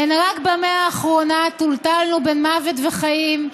הן רק במאה האחרונה טולטלנו בין מוות וחיים,